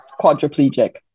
quadriplegic